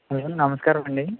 hello నమస్కారం అండి